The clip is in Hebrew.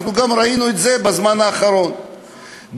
אנחנו גם ראינו את זה בזמן האחרון בשיירת